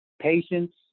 patience